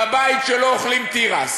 בבית שלו אוכלים תירס,